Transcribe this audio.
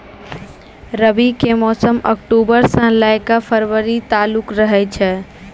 रबी के मौसम अक्टूबरो से लै के फरवरी तालुक रहै छै